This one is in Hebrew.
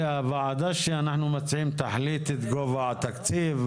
הוועדה שאנחנו מציעים תחליט את גובה התקציב,